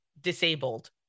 disabled